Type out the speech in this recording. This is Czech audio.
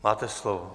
Máte slovo.